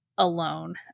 alone